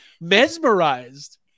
mesmerized